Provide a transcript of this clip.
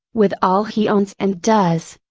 with all he owns and does,